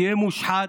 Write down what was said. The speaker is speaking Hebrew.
תהיה מושחת,